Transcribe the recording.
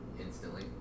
Instantly